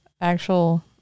actual